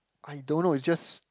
I don't know it just